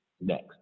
next